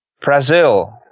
Brazil